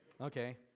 Okay